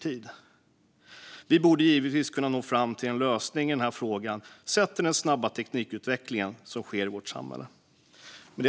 Vi borde givetvis kunna nå fram till en lösning i den här frågan, sett till den snabba teknikutvecklingen som sker i vårt samhälle.